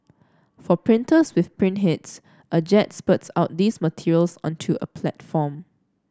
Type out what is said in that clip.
for printers with print heads a jet spurts out these materials onto a platform